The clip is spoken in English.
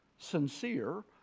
sincere